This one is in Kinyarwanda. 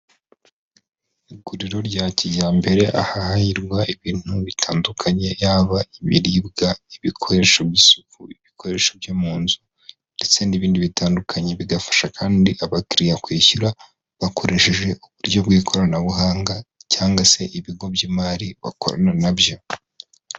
Iguriro rya kijyambere ahahirwa ibintu bitandukanye, yaba ibiribwa, ibikoresho by'isuku ibikoresho byo mu nzu ndetse n'ibindi bitandukanye bigafasha kandi abakiriya kwishyura bakoresheje uburyo bw'ikoranabuhanga cyangwa se ibigo by'imari bakorana nabyo.